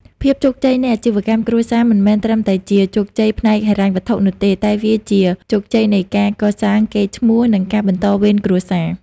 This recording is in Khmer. ភាពជោគជ័យនៃអាជីវកម្មគ្រួសារមិនមែនត្រឹមតែជាជោគជ័យផ្នែកហិរញ្ញវត្ថុនោះទេ តែវាជាជោគជ័យនៃការកសាងកេរ្តិ៍ឈ្មោះ និងការបន្តវេនគ្រួសារ។